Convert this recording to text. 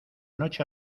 noche